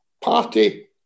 Party